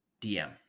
DM